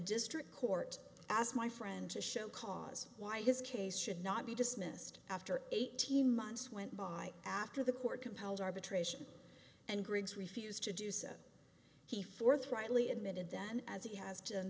district court asked my friend to show cause why his case should not be dismissed after eighteen months went by after the court compelled arbitration and griggs refused to do so he forthrightly admitted then as he has done